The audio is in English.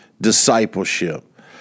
discipleship